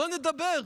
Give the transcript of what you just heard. בואו נדבר,